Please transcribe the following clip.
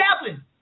chaplain